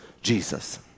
jesus